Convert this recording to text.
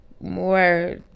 more